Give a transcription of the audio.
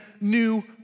new